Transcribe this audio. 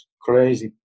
Crazy